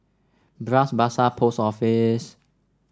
Bras Basah Post Office